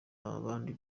abandi